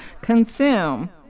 consume